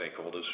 stakeholders